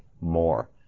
more